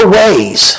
ways